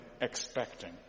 expecting